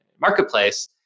marketplace